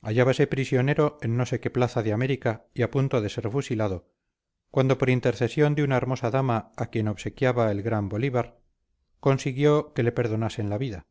hallábase prisionero en no sé qué plaza de américa y a punto de ser fusilado cuando por intercesión de una hermosa dama a quien obsequiaba el gran bolívar consiguió que le perdonasen la vida